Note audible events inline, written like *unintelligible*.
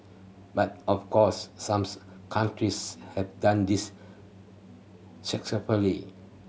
but of course some *unintelligible* countries have done this successfully